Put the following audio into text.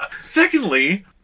Secondly